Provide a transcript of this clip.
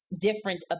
different